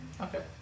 Okay